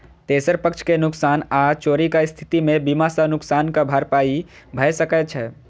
तेसर पक्ष के नुकसान आ चोरीक स्थिति मे बीमा सं नुकसानक भरपाई भए सकै छै